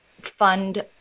fund